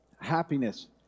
happiness